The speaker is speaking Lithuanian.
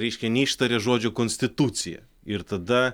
reiškia neištaria žodžio konstitucija ir tada